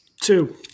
Two